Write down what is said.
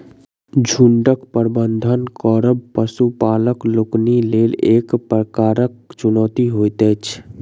झुंडक प्रबंधन करब पशुपालक लोकनिक लेल एक प्रकारक चुनौती होइत अछि